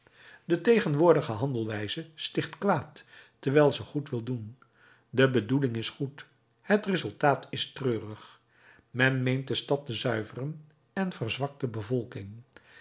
de tegenwoordige handelwijze sticht kwaad terwijl ze goed wil doen de bedoeling is goed het resultaat is treurig men meent de stad te zuiveren en verzwakt de bevolking